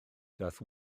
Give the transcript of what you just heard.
daeth